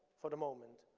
for the moment.